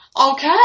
Okay